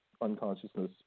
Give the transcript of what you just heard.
unconsciousness